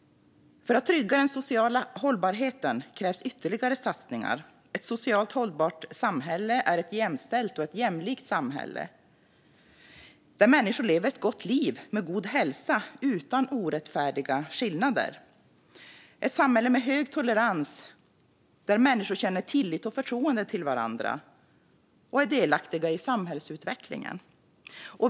För att trygga den sociala hållbarheten krävs ytterligare satsningar. Ett socialt hållbart samhälle är ett jämställt och ett jämlikt samhälle där människor lever ett gott liv med god hälsa utan orättfärdiga skillnader, ett samhälle med hög tolerans där människor känner tillit till och förtroende för varandra och är delaktiga i samhällsutvecklingen.